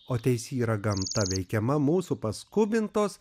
o teisi yra gamta veikiama mūsų paskubintos